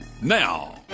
now